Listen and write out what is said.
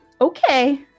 Okay